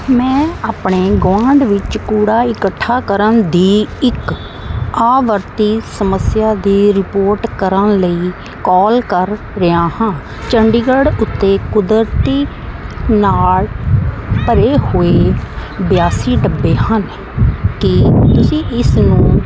ਮੈਂ ਆਪਣੇ ਗੁਆਂਢ ਵਿੱਚ ਕੂੜਾ ਇਕੱਠਾ ਕਰਨ ਦੀ ਇੱਕ ਆਵਰਤੀ ਸਮੱਸਿਆ ਦੀ ਰਿਪੋਰਟ ਕਰਨ ਲਈ ਕਾਲ ਕਰ ਰਿਹਾ ਹਾਂ ਚੰਡੀਗੜ੍ਹ ਉੱਤੇ ਕੁਦਰਤੀ ਨਾਲ ਭਰੇ ਹੋਏ ਬਿਆਸੀ ਡੱਬੇ ਹਨ ਕੀ ਤੁਸੀਂ ਇਸ ਨੂੰ